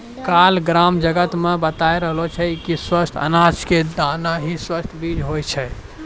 काल ग्राम जगत मॅ बताय रहलो छेलै कि स्वस्थ अनाज के दाना हीं स्वस्थ बीज होय छै